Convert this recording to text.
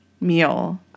meal